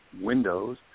windows